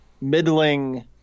middling